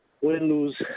win-lose